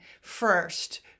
first